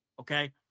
Okay